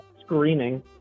screaming